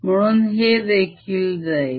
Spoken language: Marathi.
म्हणून हे देखील जाईल